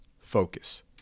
focus